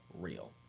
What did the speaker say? Real